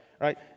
right